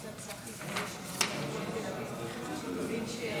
הצעות חוק מטעם הכנסת לקריאה שנייה